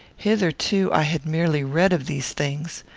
hitherto i had merely read of these things.